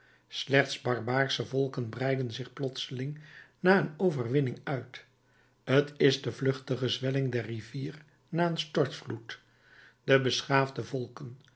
slechts barbaarsche volken breiden zich plotseling na een overwinning uit t is de vluchtige zwelling der rivier na een stortvloed de beschaafde volken